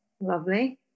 Lovely